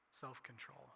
self-control